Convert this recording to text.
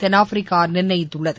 தென்னாப்பிரிக்கா நிர்ணயித்துள்ளது